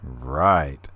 right